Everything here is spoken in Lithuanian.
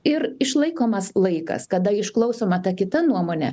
ir išlaikomas laikas kada išklausoma ta kita nuomonė